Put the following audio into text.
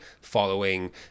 following